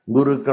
Guru